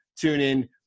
TuneIn